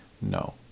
No